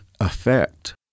effect